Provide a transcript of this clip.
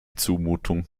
zumutung